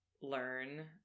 learn